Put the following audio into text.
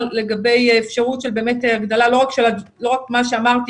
לגבי אפשרות של הגדלה לא רק מה שאמרתי